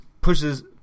pushes